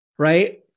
Right